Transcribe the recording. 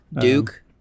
Duke